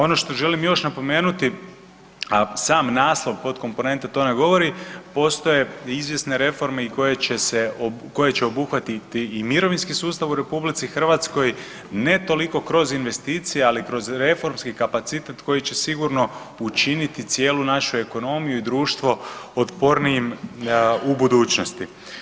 Ono što želim još napomenuti, a sam naslov potkomponente to nam govori, postoje izvjesne reforme koje će obuhvatiti i mirovinski sustav u RH, ne toliko kroz investicije, ali kroz reformski kapacitet koji će sigurno učiniti cijelu našu ekonomiju i društvo otpornijim u budućnosti.